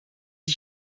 die